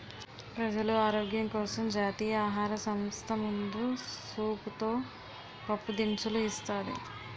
ప్రజలు ఆరోగ్యం కోసం జాతీయ ఆహార సంస్థ ముందు సూపుతో పప్పు దినుసులు ఇస్తాది